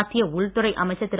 மத்திய உள்துறை அமைச்சர் திரு